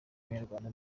banyarwanda